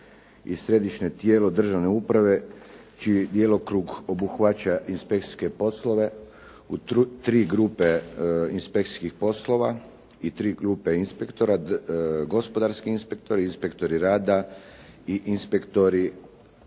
i središnje tijelo državne uprave čiji djelokrug obuhvaća inspekcijske poslove u tri grupe inspekcijskih poslova i tri grupe inspektora – gospodarski inspektori, inspektori rada i inspektori